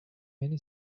many